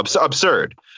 Absurd